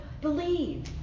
believe